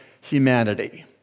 humanity